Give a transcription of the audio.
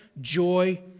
joy